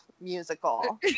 musical